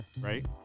right